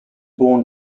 born